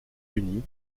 unis